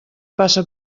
passa